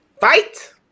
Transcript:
Fight